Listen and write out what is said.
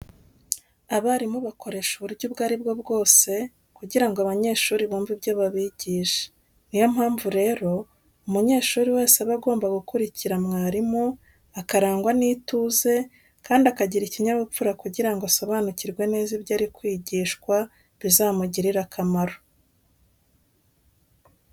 Abarimu bakoresha uburyo ubwo ari bwo bwose, kugira ngo abanyeshuri bumve ibyo babigisha. Niyo mpamvu rero, umunyeshuri wese aba agomba gukurikira mwarimu, akarangwa n'ituze kandi akagira ikinyabupfura kugira ngo asobanukirwe neza ibyo ari kwigishwa bizamugirire akamaro.